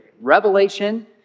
Revelation